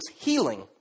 healing